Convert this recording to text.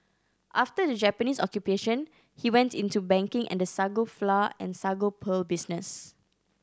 after the Japanese Occupation he went into banking and the sago flour and sago pearl business